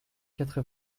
quatre